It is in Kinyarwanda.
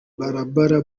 barbara